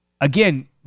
Again